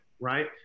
Right